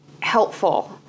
helpful